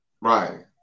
Right